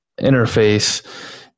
interface